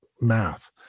math